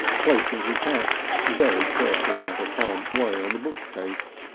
placing his hat very carefully out of harm's way on the bookcase.